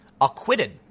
acquitted